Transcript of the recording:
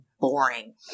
boring